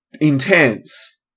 intense